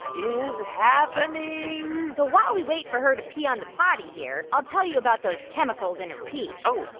is happening? so while we wait for her to pee on the potty here, i'll tell you about those chemicals in her pee oh,